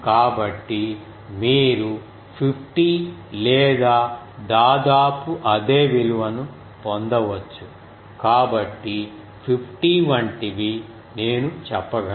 కాబట్టి మీరు 50 లేదా దాదాపు అదే విలువను పొందవచ్చు కాబట్టి 50 వంటివి నేను చెప్పగలను